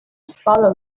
follow